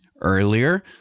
earlier